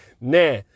Nah